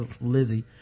Lizzie